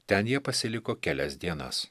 ten jie pasiliko kelias dienas